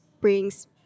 brings